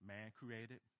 Man-created